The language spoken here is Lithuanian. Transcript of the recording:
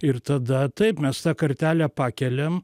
ir tada taip mes tą kartelę pakeliam